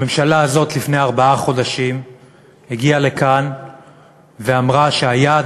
הממשלה הזאת לפני ארבעה חודשים הגיעה לכאן ואמרה שיעד